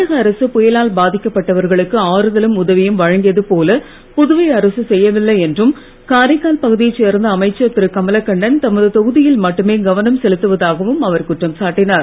தமிழக அரசு புயலால் பாதிக்கப்பட்டவர்களுக்கு ஆறுதலும் உதவியும் வழங்கியது போல புதுவை அரசு செய்யவில்லை என்றும் காரைக்கால் பகுதியைச் சேர்ந்த அமைச்சர் திரு கமலகண்ணன் தமது தொகுதியில் மட்டுமே செலுத்துவதாகவும் அவர் குற்றம் கவனம் சாட்டினார்